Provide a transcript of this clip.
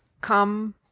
come